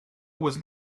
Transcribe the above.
was